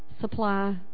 supply